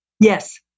Yes